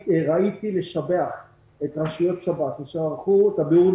ראיתי לשבח את רשויות שב"ס שערכו את הבירורים